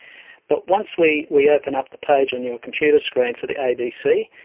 but once we we open up the page on your computer screen for the abc,